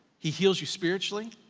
he heals you spiritually,